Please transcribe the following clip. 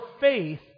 faith